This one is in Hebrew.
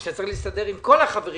וצריך להסתדר עם כל החברים